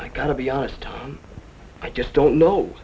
i gotta be honest i just don't know